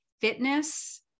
fitness